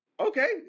Okay